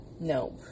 No